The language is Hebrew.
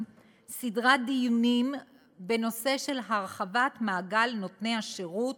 סדרת דיונים בנושא של הרחבת מעגל נותני השירות,